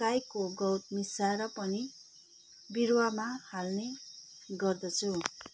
गाईको गउँत मिसाएर पनि बिरुवामा हाल्ने गर्दछु